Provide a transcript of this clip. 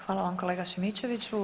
Hvala vam kolega Šimičeviću.